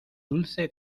dulce